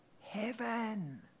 heaven